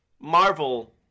Marvel